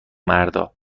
مردا